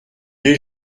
est